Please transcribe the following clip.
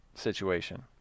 situation